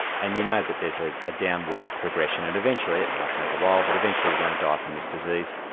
and you know that there's a a downward progression and eventually it might take a while but eventually you're going to die from this disease,